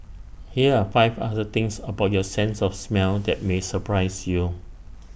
here are five other things about your sense of smell that may surprise you